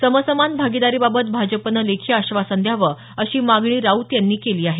समसमान भागीदारीबाबत भाजपने लेखी आश्वासन द्यावं अशी मागणी राऊत यांनी केली आहे